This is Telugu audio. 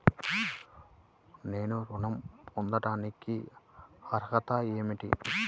నేను ఋణం పొందటానికి అర్హత ఏమిటి?